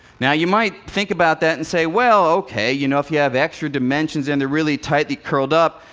now you might think about that and say, well, ok, you know, if you have extra dimensions, and they're really tightly curled up,